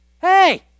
hey